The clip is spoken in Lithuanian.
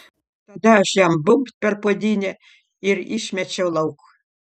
tada aš jam bumbt per puodynę ir išmečiau lauk